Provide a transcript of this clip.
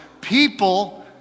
people